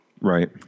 Right